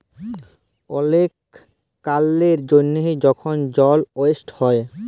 অলেক কারলের জ্যনহে যখল জল ওয়েস্ট হ্যয়